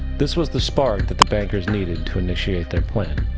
this was the spark that the bankers needed to initiate their plan.